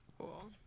Cool